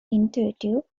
intuitive